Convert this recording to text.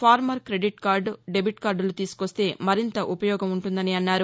farmer credit card debit కార్దులు తీసుకొస్తే మరింత ఉపయోగం ఉంటుందని అన్నారు